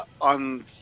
on